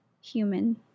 human